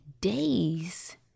days